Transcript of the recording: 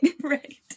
Right